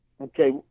Okay